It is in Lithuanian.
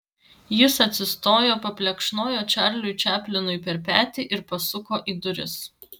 jis atsistojo paplekšnojo čarliui čaplinui per petį ir pasuko į duris